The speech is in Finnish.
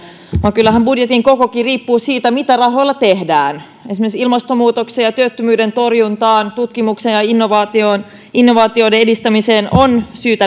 vaan kyllähän budjetin kokokin riippuu siitä mitä rahoilla tehdään esimerkiksi ilmastonmuutokseen työttömyyden torjuntaan sekä tutkimuksen ja innovaatioiden edistämiseen on syytä